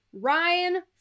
Ryan